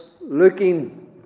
looking